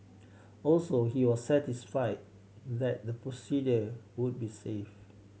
also he was satisfied that the procedure would be safe